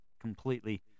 completely